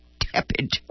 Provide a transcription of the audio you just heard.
tepid